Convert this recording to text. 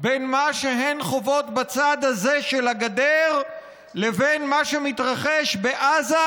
בין מה שהן חוות בצד הזה של הגדר לבין מה שמתרחש בעזה,